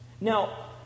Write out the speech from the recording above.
Now